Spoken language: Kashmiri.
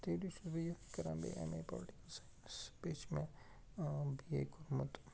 تیٚلہِ چھُس بہٕ یَتھ کران بیٚیہِ ایم اے پُلٹِکَل سایِنَس بیٚیہِ چھِ مےٚ بی اے کوٚرمُت